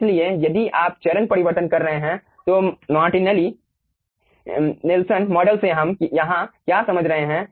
इसलिए यदि आप चरण परिवर्तन कर रहे हैं तो मार्टिनेली नेल्सन मॉडल से हम यहां क्या समझ रहे हैं